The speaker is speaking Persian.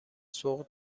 سوق